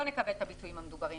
לא נקבל את הביצועים המדוברים.